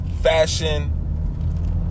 fashion